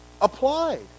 applied